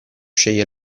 sceglie